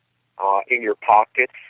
ah in your pockets,